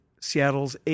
Seattle's